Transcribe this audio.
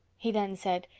he then said,